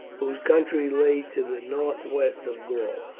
whose country lay to the northwest of gaul.